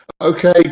okay